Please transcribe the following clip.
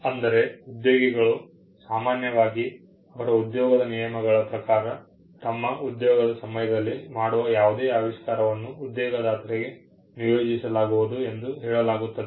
ಅಂದರೆ ಉದ್ಯೋಗಿಗಳು ಸಾಮಾನ್ಯವಾಗಿ ಅವರ ಉದ್ಯೋಗದ ನಿಯಮಗಳ ಪ್ರಕಾರ ತಮ್ಮ ಉದ್ಯೋಗದ ಸಮಯದಲ್ಲಿ ಮಾಡುವ ಯಾವುದೇ ಆವಿಷ್ಕಾರವನ್ನು ಉದ್ಯೋಗದಾತರಿಗೆ ನಿಯೋಜಿಸಲಾಗುವುದು ಎಂದು ಹೇಳಲಾಗುತ್ತದೆ